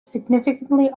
significantly